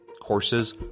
Courses